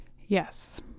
Yes